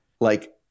like-